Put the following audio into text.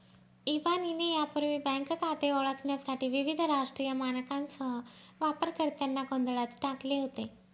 इबानीने यापूर्वी बँक खाते ओळखण्यासाठी विविध राष्ट्रीय मानकांसह वापरकर्त्यांना गोंधळात टाकले होते